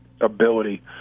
ability